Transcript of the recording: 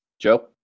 joe